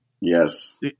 Yes